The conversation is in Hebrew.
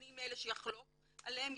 אני מאלה שחולקת עליהם,